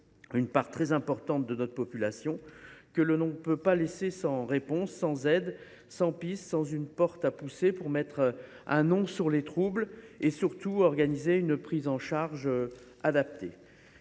une part très importante de la population, que nous ne pouvons pas laisser sans réponse, sans aide, sans piste, sans une porte à pousser pour mettre un nom sur les troubles et, surtout, sans organiser une prise en charge adaptée.